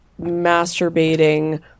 masturbating